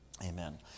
Amen